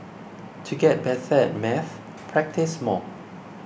to get better at maths practise more